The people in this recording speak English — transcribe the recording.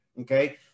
okay